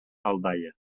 aldaia